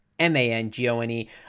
M-A-N-G-O-N-E